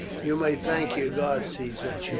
you may thank your gods, caesar,